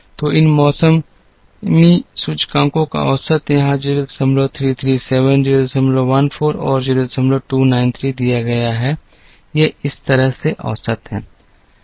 तो इन मौसमी सूचकांकों का औसत यहाँ 0337 014 और 0293 दिया गया है ये इस तरह से औसत हैं